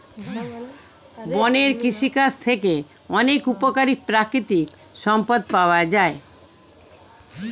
বনের কৃষিকাজ থেকে অনেক উপকারী প্রাকৃতিক সম্পদ পাওয়া যায়